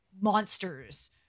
monsters